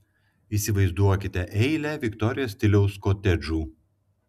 įsivaizduokite eilę viktorijos stiliaus kotedžų